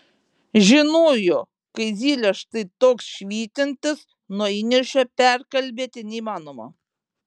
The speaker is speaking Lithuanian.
žinojo kai zylė štai toks švytintis nuo įniršio perkalbėti neįmanoma